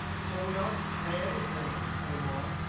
so we don't pay anything anymore.